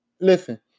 Listen